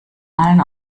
allen